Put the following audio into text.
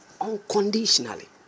unconditionally